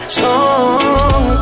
song